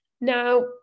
now